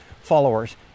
followers